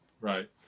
right